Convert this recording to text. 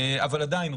אבל עדיין,